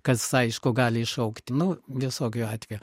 kas aišku gali iššaukt nu visokių atvejų